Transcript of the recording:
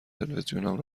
تلویزیونم